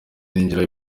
ninjira